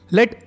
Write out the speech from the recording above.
Let